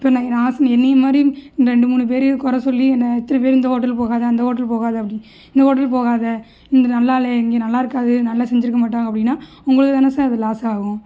இப்போது நான் ஹாஸ் என்னை மாதிரி ரெண்டு மூணு பேரு கொறை சொல்லி என்னை திரும்பி இந்த ஹோட்டல் போகாதே அந்த ஹோட்டல் போகாதே அப்படி இந்த ஹோட்டல் போகாதே இங்கே நல்லால இங்கே நல்லா இருக்காது நல்லா செஞ்சிருக்க மாட்டாங்க அப்படினா உங்களுக்கு தானே சார் அது லாஸ் ஆகும்